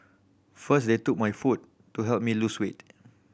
first they took my food to help me lose weight